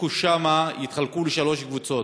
שניזוקו שם התחלקו לשלוש קבוצות: